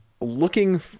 looking